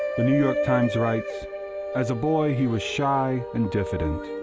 the new york times writes as a boy he was shy and diffident.